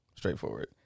Straightforward